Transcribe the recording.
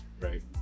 right